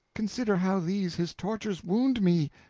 consider how these his tortures wound me!